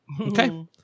Okay